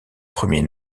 premier